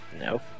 No